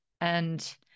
and-